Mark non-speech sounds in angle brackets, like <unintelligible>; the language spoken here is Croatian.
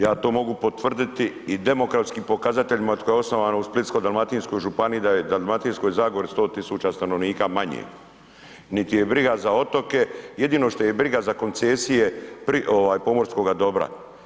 Ja to mogu potvrditi i demografskim pokazateljima ... <unintelligible> je osnovano u Splitsko-dalmatinskoj županiji da je u Dalmatinskoj zagori 110 000 stanovnika manje, niti ih je briga za otoke, jedino što ih je briga za koncesije pomorskoga dobra.